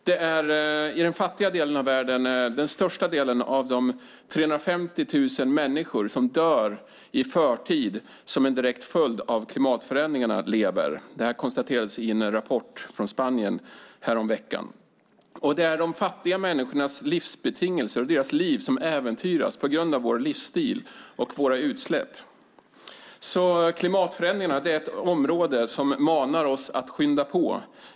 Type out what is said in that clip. Det är i den fattiga delen av världen den största delen av de 350 000 människor som dör i förtid som en direkt följd av klimatförändringarna lever. Detta konstaterades i en rapport från Spanien häromveckan. Det är också de fattiga människornas livsbetingelser, deras liv, som äventyras på grund av vår livsstil och våra utsläpp. Klimatförändringarna är alltså ett område som manar oss att skynda på.